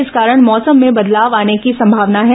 इस कारण मौसम में बदलाव आने की संभावना है